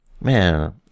Man